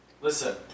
Listen